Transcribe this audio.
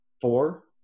Four